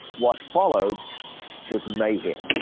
what followed was mayhem.